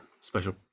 special